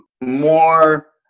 more